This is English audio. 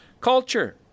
culture